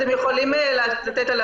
אנחנו יכולים לראות את זה גם בחוק